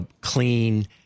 clean